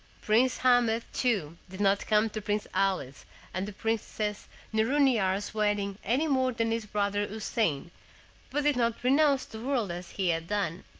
prince ahmed, too, did not come to prince ali's and the princess nouronnihar's wedding any more than his brother houssain, but did not renounce the world as he had done.